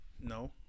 No